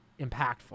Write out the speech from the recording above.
impactful